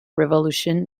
revolution